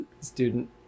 Student